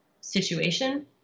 situation